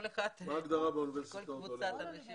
כל אחד, כל קבוצת אנשים